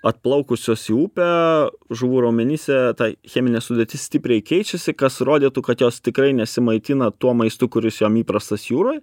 atplaukusios į upę žuvų raumenyse tai cheminė sudėtis stipriai keičiasi kas rodytų kad jos tikrai nesimaitina tuo maistu kuris jom įprastas jūroj